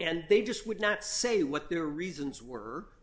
and they just would not say what their reasons were